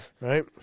right